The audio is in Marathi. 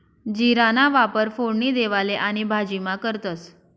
जीराना वापर फोडणी देवाले आणि भाजीमा करतंस